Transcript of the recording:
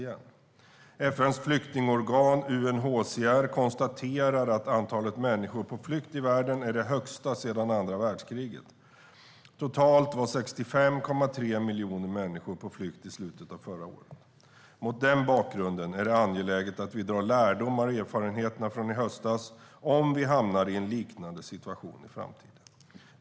FN:s flyktingorgan UNHCR konstaterar att antalet människor på flykt i världen är det högsta sedan andra världskriget - totalt var 65,3 miljoner människor på flykt i slutet av förra året. Mot den bakgrunden är det angeläget att vi drar lärdom av erfarenheterna från i höstas, om vi hamnar i en liknande situation i framtiden.